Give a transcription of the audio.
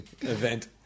event